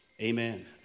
Amen